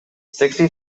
sixty